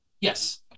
Yes